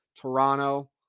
Toronto